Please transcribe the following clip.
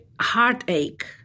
heartache